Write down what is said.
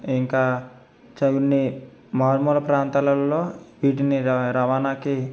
ఇంకా చవిని మారుమూల ప్రాంతాలలో వీటిని రవా రవాణాకి